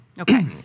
Okay